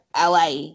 LA